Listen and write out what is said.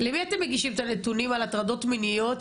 למי אתם מגישים את הנתונים על הטרדות מיניות,